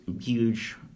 huge